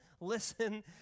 listen